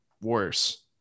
worse